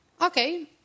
Okay